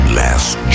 last